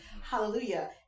hallelujah